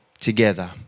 together